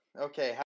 Okay